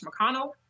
McConnell